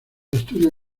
estudios